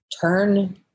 turn